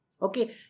Okay